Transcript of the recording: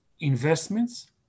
investments